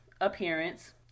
appearance